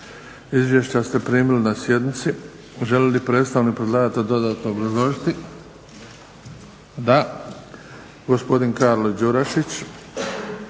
Izvješća ste primili na sjednici, želi li predstavnik predlagatelja dodatno obrazložiti? DA. Gospodin Karlo Đurešić,